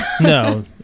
no